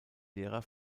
lehrer